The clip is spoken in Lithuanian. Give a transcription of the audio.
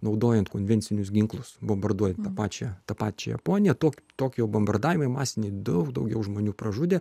naudojant konvencinius ginklus bombarduojant tą pačią tą pačią japoniją to tokijo bombardavimai masiniai daug daugiau žmonių pražudė